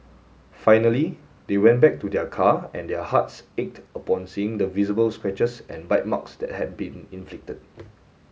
finally they went back to their car and their hearts ached upon seeing the visible scratches and bite marks that had been inflicted